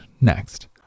next